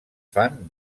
fan